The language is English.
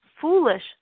foolish